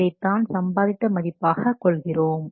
இதைத் தான் சம்பாதித்த மதிப்பாக கொள்கிறோம்